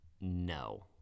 no